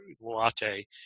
latte